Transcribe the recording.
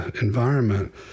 environment